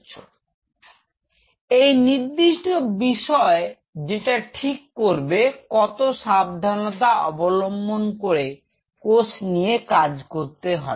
তো এই নির্দিষ্ট বিষয় যেটা ঠিক করবে কত সাবধানতা অবলম্বন করে কোষ নিয়ে কাজ করতে হবে